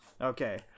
Okay